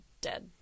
dead